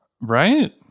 Right